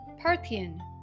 Parthian